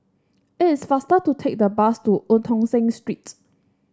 it's faster to take the bus to Eu Tong Sen Streets